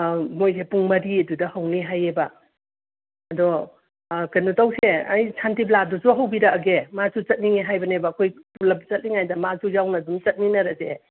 ꯑꯥ ꯃꯣꯏꯁꯦ ꯄꯨꯡ ꯃꯔꯤ ꯑꯗꯨꯗ ꯍꯧꯅꯤ ꯍꯥꯏꯌꯦꯕ ꯑꯗꯣ ꯀꯩꯅꯣ ꯇꯧꯁꯦ ꯑꯩ ꯁꯥꯟꯇꯤꯕꯂꯥꯗꯨꯁꯨ ꯍꯧꯕꯤꯔꯛꯑꯒꯦ ꯃꯥꯁꯨ ꯆꯠꯅꯤꯡꯉꯦ ꯍꯥꯏꯕꯅꯦꯕ ꯑꯩꯈꯣꯏ ꯄꯨꯂꯞ ꯆꯠꯂꯤꯉꯥꯏꯗ ꯃꯥꯁꯨ ꯌꯥꯎꯅ ꯑꯗꯨꯝ ꯆꯠꯃꯤꯟꯅꯔꯁꯦ